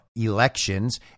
elections